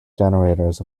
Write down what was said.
generators